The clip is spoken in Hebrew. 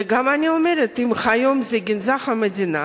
ואומרת גם שאם היום זה גנזך המדינה,